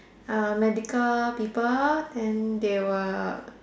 uh medical people and they will